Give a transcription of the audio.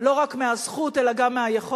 לא רק מהזכות, אלא גם מהיכולת.